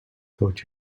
taught